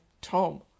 Tom